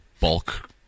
bulk